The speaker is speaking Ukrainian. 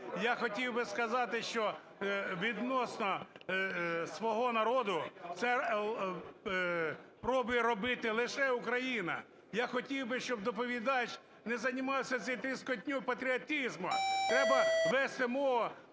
я хотів би сказати, що відносно свого народу це пробує робити лише Україна. Я хотів би, щоб доповідач не займався цією трескотнею патріотизму. Треба вести мову